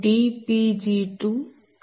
14